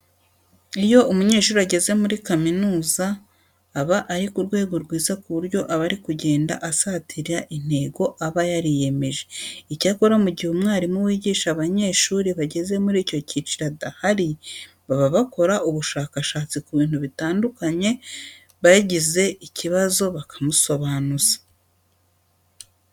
Iyo umunyeshuri ageze muri kaminuza, aba ari ku rwego rwiza ku buryo aba ari kugenda asatira intego aba yariyemeje. Icyakora mu gihe umwarimu wigisha abanyeshuri bageze muri iki cyiciro adahari, baba bakora ubushakashatsi ku bintu bitandukanye aho bagize ikibazo bakamusobanuza.